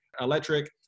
electric